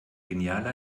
genialer